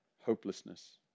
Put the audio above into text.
hopelessness